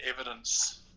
evidence